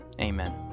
Amen